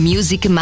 Music